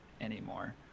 anymore